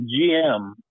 GM